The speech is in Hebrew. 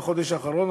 בחודש האחרון,